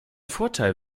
vorteil